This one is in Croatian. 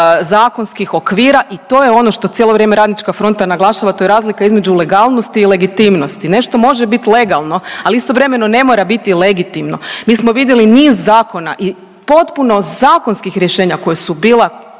zakonskih okvira. I to je ono što cijelo vrijeme Radnička fronta naglašava to je razlika između legalnosti i legitimnosti. Nešto može biti legalno, ali istovremeno ne mora biti legitimno. Mi smo vidjeli niz zakona i potpuno zakonskih rješenja koja su bila